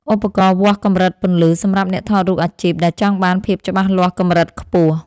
ឧបករណ៍វាស់កម្រិតពន្លឺ សម្រាប់អ្នកថតរូបអាជីពដែលចង់បានភាពច្បាស់លាស់កម្រិតខ្ពស់។